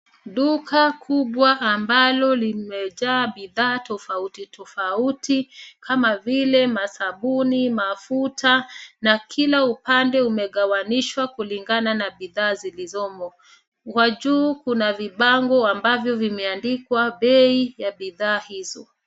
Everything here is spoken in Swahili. Duka kubwa ambalo limejaa bidhaa tofauti tofauti kama vile masabuni, mafuta na kila upande umegawanishwa kulingana na bidhaa zilizomo. Kwa juu kuna vibango ambavyo vimeandikwa bei ya bidhaa hizo.